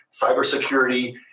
cybersecurity